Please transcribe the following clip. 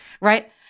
right